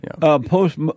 post